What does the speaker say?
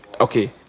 Okay